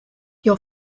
your